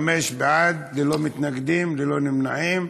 חמישה בעד, ללא מתנגדים, ללא נמנעים.